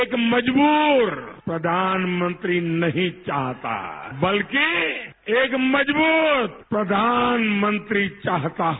एक मजबूर प्रधानमंत्री नहीं चाहता बल्कि एक मजबूत प्रधानमंत्री चाहता है